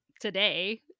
today